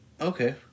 okay